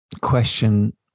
question